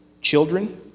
children